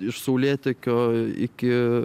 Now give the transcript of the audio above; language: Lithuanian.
iš saulėtekio iki